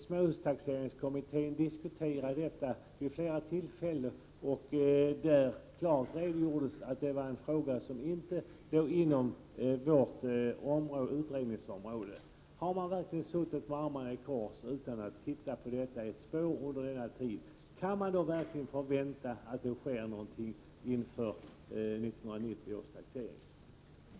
Småhustaxeringskommittén diskuterade detta vid flera tillfällen och redogjorde klart för att det var en fråga som inte låg inom vårt utredningsområde. Har man verkligen suttit med armarna i kors under denna tid, utan att titta ett spår på detta? Kan man då verkligen förvänta att det sker någonting inför 1990 års taxering?